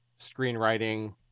screenwriting